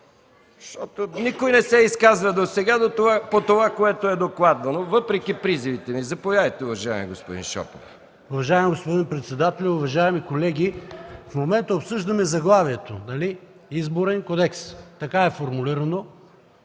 Защото никой не се изказа досега по това, което е докладвано, въпреки призивите ми. Заповядайте, уважаеми господин Шопов. ПАВЕЛ ШОПОВ (Атака): Уважаеми господин председателю, уважаеми колеги! В момента обсъждаме заглавието, нали? „Изборен кодекс“, така е формулирано.